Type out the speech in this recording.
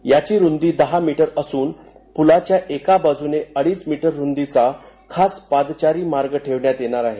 याची रुंदी दहा मीटर असून पुलाच्या एका बाजूने अडीच मीटर रुंदीचा खास पादचारी मार्ग ठेवण्यात येणार आहे